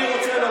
ברשותכם,